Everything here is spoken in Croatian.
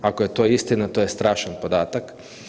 Ako je to istina, to je strašan podatak.